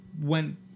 went